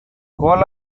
கோல